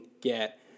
get